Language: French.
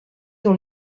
dans